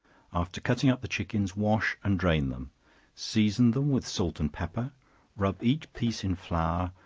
after cutting up the chickens, wash and drain them season them with salt and pepper rub each piece in flour,